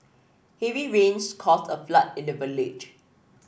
heavy rains caused a flood in the village